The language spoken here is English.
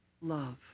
love